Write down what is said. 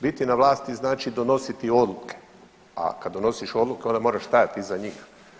Biti na vlasti znači donositi odluke, a kada donosiš odluke onda moraš stajati iza njih.